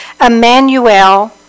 Emmanuel